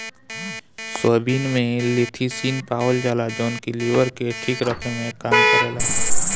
soybean में lecithin पावल जाला जवन की लीवर के ठीक रखे में काम करेला